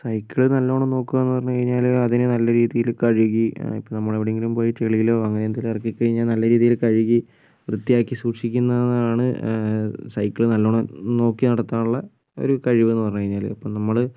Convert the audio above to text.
cycle നല്ലോണം നോക്കുക എന്ന് പറഞ്ഞ് കഴിഞ്ഞാല് അതിനെ നല്ല രീതിയിൽ കഴുകി ഇപ്പോൾ നമ്മൾ എവിടെയെങ്കിലും പോയി ചെളിയിലോ അങ്ങനെ എന്തെങ്കിലും ഇറക്കിക്കഴിഞ്ഞാൽ നല്ല രീതിയില് കഴുകി വൃത്തിയാക്കി സൂക്ഷിക്കുന്നതാണ് സൈക്കിൾ നല്ലോണം നോക്കി നടത്താനുള്ള ഒരു കഴിവ് എന്ന് പറഞ്ഞുകഴിഞ്ഞാല് ഇപ്പം നമ്മള്